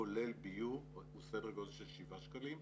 כולל ביוב, הוא סדר גודל של 7 שקלים.